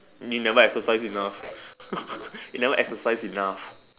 you never exercised enough you never exercised enough